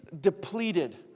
depleted